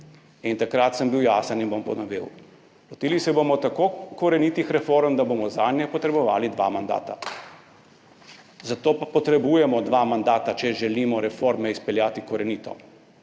Takrat sem bil jasen in bom ponovil: lotili se bomo tako korenitih reform, da bomo zanje potrebovali dva mandata. Za to pa potrebujemo dva mandata, če želimo reforme izpeljati korenito.